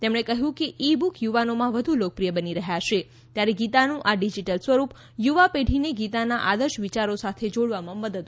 તેમણે કહ્યું કે ઇ બુક યુવાનોમાં વધુ લોકપ્રિય બની રહ્યા છે ત્યારે ગીતાનું આ ડિજીટલ સ્વરૂપ યુવાપેઢીને ગીતાના આદર્શ વિચારો સાથે જોડવામાં મદદરૂપ થશે